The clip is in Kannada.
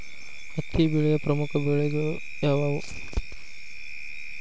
ಹತ್ತಿ ಬೆಳೆಯ ಪ್ರಮುಖ ತಳಿಗಳು ಯಾವ್ಯಾವು?